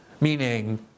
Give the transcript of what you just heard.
Meaning